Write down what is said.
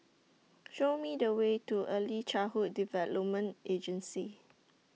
Show Me The Way to Early Childhood Development Agency